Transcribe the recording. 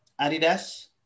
Adidas